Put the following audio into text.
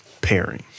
pairing